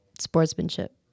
Sportsmanship